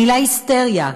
המילה "היסטריה",